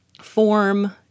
form